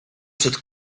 przed